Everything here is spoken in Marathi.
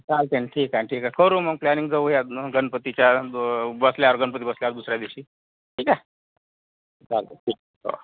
चालते न ठीक आहे ठीक आहे करू मग प्लांनिंग जाऊयात मग गणपतीच्या बसल्यावर गणपती बसल्यावर दुसऱ्या दिवशी ठीक आहे चालते ठीक हो